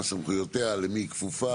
מה סמכויותיה, למי היא כפופה.